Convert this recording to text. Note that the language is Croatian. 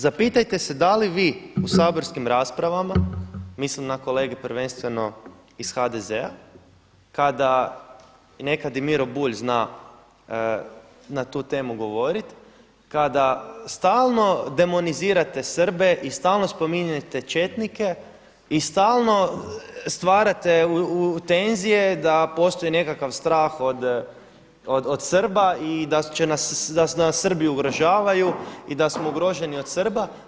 Zapitajte se da li vi u saborskim raspravama mislim na kolege prvenstveno iz HDZ-a kada i nekad i Miro Bulj zna na tu temu govoriti, kada stalno demonizirate Srbe i stalno spominjete četnike i stalno stvarate tenzije da postoji nekakav strah od Srba i da će nas, da nas Srbi ugrožavaju i da smo ugroženi od Srba.